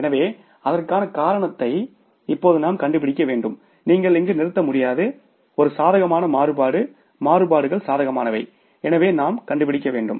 எனவே அதற்கான காரணத்தை இப்போது நாம் கண்டுபிடிக்க வேண்டும் நீங்கள் இங்கு நிறுத்த முடியாத ஒரு சாதகமான மாறுபாடு மாறுபாடுகள் சாதகமானவை எனவே நாம் கண்டுபிடிக்க வேண்டும்